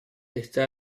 está